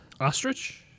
ostrich